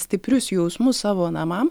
stiprius jausmus savo namam